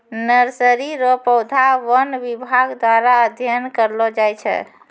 nursery रो पौधा वन विभाग द्वारा अध्ययन करलो जाय छै